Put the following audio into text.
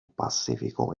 pacífico